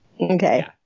Okay